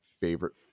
favorite